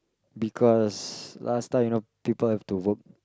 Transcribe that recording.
because last time you know people have to work